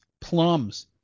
plums